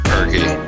Perky